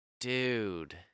dude